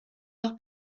noch